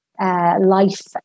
Life